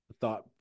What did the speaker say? thought